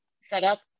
setup